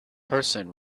person